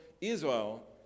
Israel